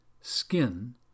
skin